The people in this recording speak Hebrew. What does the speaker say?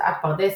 הוצאת פרדס,